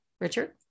Richard